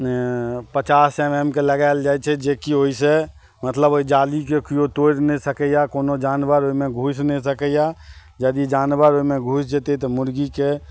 पचास एम एमके लगाएल जाइ छै जेकि ओहिसे मतलब ओहि जालीके केओ तोड़ि नहि सकैया कोनो जानवर ओहिमे घुसि नहि सकैया यदि जानवर ओहिमे घुसि जेतै तऽ मुर्गीके